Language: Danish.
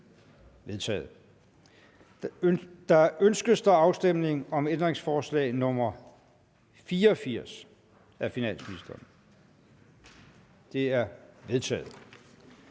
forkastet. Ønskes afstemning om ændringsforslag nr. 541 af finansministeren? Det er vedtaget.